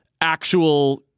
actual